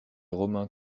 romains